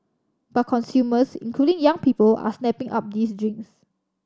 but consumers including young people are snapping up these drinks